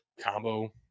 combo